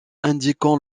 indiquant